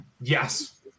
Yes